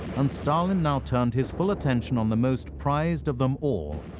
and stalin now turned his full attention on the most prized of them all,